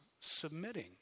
submitting